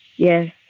Yes